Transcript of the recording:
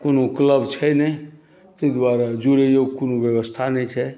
कोनो क्लब छै नहि ताहि दुआरे जुड़ैयोके कोनो व्यवस्था नहि छै